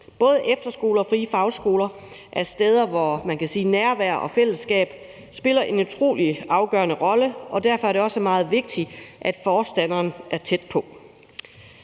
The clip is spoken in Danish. Både efterskoler og frie fagskoler er steder, hvor man kan sige at nærvær og fællesskab spiller en utrolig afgørende rolle, og derfor er det også meget vigtigt, at forstanderen er tæt på.